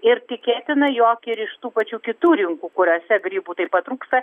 ir tikėtina jog ir iš tų pačių kitų rinkų kuriose grybų taip pat trūksta